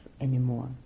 anymore